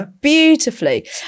beautifully